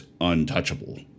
untouchable